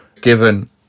given